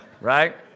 Right